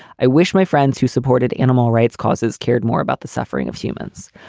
i wish my friends who supported animal rights causes cared more about the suffering of humans.